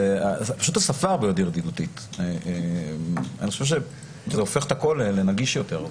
השפה הרבה יותר ידידותית וזה הופך את הכל לנגיש יותר.